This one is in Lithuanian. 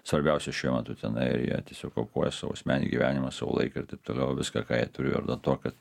svarbiausia šiuo metu tenai ir jie tiesiog aukoja savo asmenį gyvenimą savo laiką ir taip toliau viską ką jie turi ir dėl to kad